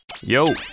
Yo